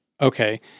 Okay